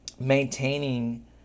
maintaining